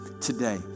today